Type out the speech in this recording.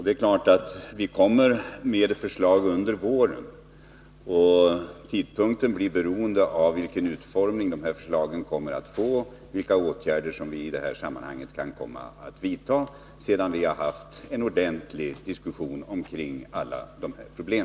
Det är klart att vi kommer med förslag under våren. Tidpunkten blir beroende av vilken utformning dessa förslag kommer att få — vilka åtgärder som vi i detta sammanhang kan komma att vidta efter det att vi haft en ordentlig diskussion om alla dessa problem.